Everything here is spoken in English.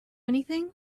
anything